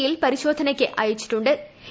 യിൽ പരിശോധനയ്ക്ക് അയച്ചിട്ടു്